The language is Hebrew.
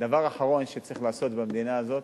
דבר אחרון שצריך לעשות במדינה הזאת